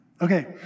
Okay